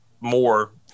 more